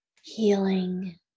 healing